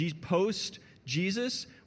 post-Jesus